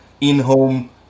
in-home